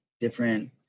different